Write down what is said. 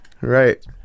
Right